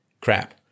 crap